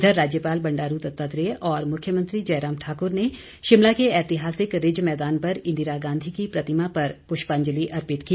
इधर राज्यपाल बंडारू दत्तात्रेय और मुख्यमंत्री जयराम ठाकुर ने शिमला के ऐतिहासिक रिज मैदान पर इंदिरा गांधी की प्रतिमा पर पुष्पांजलि अर्पित की